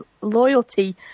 loyalty